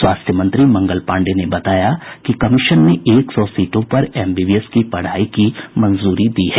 स्वास्थ्य मंत्री मंगल पांडेय ने बताया कि कमीशन ने एक सौ सीटों पर एमबीबीए की पढ़ाई की मंजूरी दी है